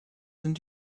sind